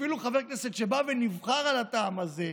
אפילו לחבר כנסת שבא ונבחר מהטעם הזה,